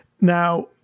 Now